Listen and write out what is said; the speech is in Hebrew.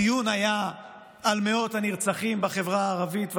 הדיון היה על מאות הנרצחים בחברה הערבית והיהודית,